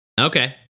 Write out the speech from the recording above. okay